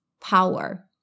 power